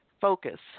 Focus